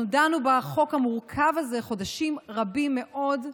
אנחנו דנו בחוק המורכב הזה חודשים רבים מאוד,